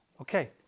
Okay